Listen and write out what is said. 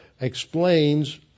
explains